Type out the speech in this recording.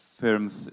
firms